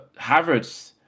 Havertz